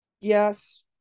Yes